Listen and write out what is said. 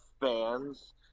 fans